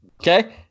Okay